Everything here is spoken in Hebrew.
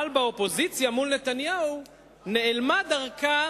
אבל באופוזיציה מול נתניהו נעלמה דרכה